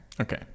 Okay